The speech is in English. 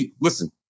Listen